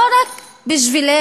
לא רק בשבילנו,